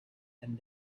and